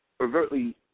overtly